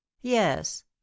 Yes